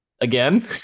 Again